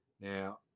Now